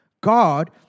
God